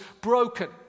broken